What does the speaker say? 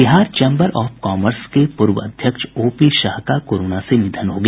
Bihar chamber of commerce के पूर्व अध्यक्ष ओपी शाह का कोरोना से निधन हो गया